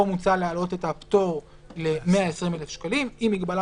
פה מוצע להעלות את הפטור ל-120,000 שקלים עם מגבלה